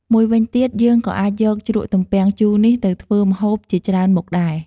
មួយវិញទៀត យើងក៏អាចយកជ្រក់ទំពាំងជូរនេះទៅធ្វើម្ហូបជាច្រើនមុខដែរ។